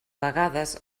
vegades